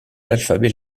l’alphabet